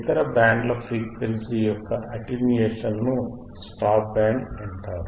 ఇతర బ్యాండ్ల ఫ్రీక్వెన్సీ యొక్క అటెన్యుయేషన్ ను స్టాప్ బ్యాండ్ అంటారు